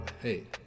Hey